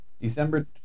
December